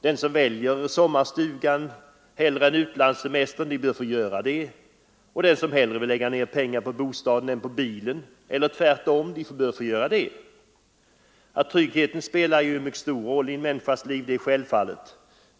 Den som väljer sommarstugan hellre än utlandssemestern bör få göra det, och den som hellre vill lägga ner pengar på bostaden än att skaffa sig en bil — eller tvärtom — bör få göra det. Att tryggheten spelar en stor roll i en människas liv är självklart.